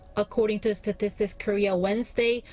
according to statistics korea wednesday,